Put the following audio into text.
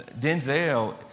Denzel